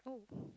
oh